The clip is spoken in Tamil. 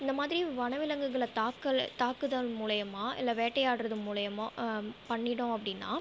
இந்த மாதிரி வனவிலங்குகளை தாக்குற தாக்குதல் மூலயமா இல்லை வேட்டையாடுவது மூலயமா பண்ணிட்டோம் அப்படினா